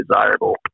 desirable